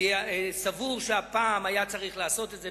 אני סבור שהפעם היה צריך לעשות את זה,